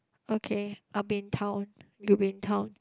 okay I'll be in town you'll be in town